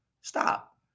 stop